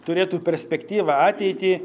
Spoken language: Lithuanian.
turėtų perspektyvą ateitį